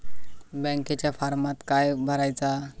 बँकेच्या फारमात काय भरायचा?